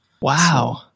Wow